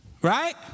Right